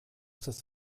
das